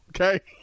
Okay